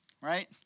right